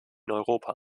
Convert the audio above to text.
europa